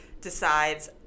decides